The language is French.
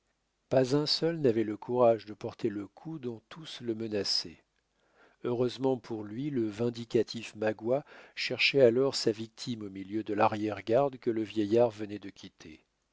pas un seul n'avait le courage de porter le coup dont tous le menaçaient heureusement pour lui le vindicatif magua cherchait alors sa victime au milieu de l'arrièregarde que le vieillard venait de quitter